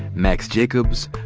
max jacobs,